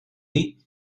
dir